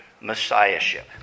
messiahship